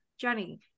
Jenny